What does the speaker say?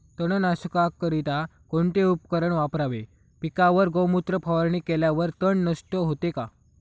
तणनाशकाकरिता कोणते उपकरण वापरावे? पिकावर गोमूत्र फवारणी केल्यावर तण नष्ट होते का?